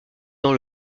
dans